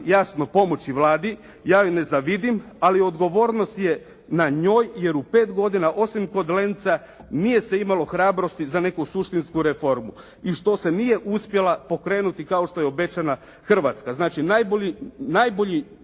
jasno pomoći Vladi. Ja joj ne zavidim ali odgovornost je na njoj jer u 5 godina osim kod Lenca nije se imalo hrabrosti za neku suštinsku reformu. I što se nije uspjela pokrenuti kao što je obećala Hrvatska. Znači najbolji